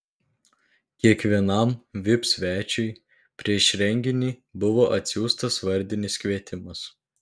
kiekvienam vip svečiui prieš renginį buvo atsiųstas vardinis kvietimas